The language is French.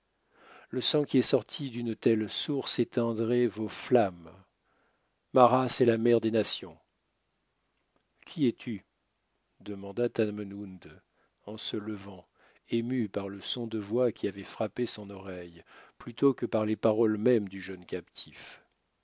le sang qui est sorti d'une telle source éteindrait vos flammes ma race est la mère des nations qui es-tu demanda tamenund en se levant ému par le son de voix qui avait frappé son oreille plutôt que par les paroles mêmes du jeune captif